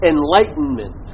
Enlightenment